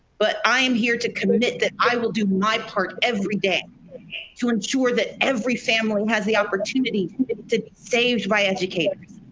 but i am here to commit that i will do my part every day to ensure that every family has the opportunity to be saved by educators,